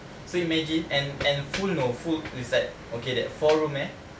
so imagine and and full know full it's like okay that four room eh